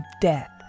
death